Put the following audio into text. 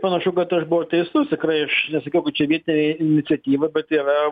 panašu kad aš buvau teisus tikrai aš nesakiau kad čia vietinė iniciatyva bet yra